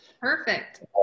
Perfect